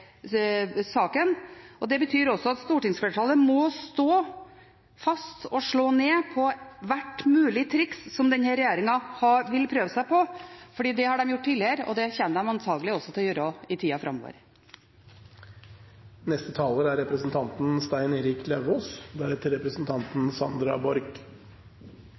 saken. Det betyr også at stortingsflertallet må stå fast og slå ned på ethvert mulig triks som denne regjeringen vil prøve seg på, for det har de gjort tidligere – og det kommer de antagelig også til å gjøre i tida framover.